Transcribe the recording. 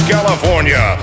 California